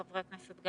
חברי הכנסת,